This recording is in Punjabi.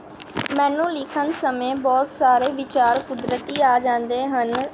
ਮੈਨੂੰ ਲਿਖਣ ਸਮੇਂ ਬਹੁਤ ਸਾਰੇ ਵਿਚਾਰ ਕੁਦਰਤੀ ਆ ਜਾਂਦੇ ਹਨ